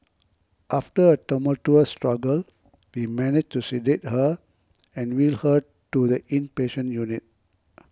after a tumultuous struggle we managed to sedate her and wheel her to the inpatient unit